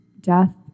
death